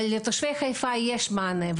אבל לתושבי חיפה יש מענה.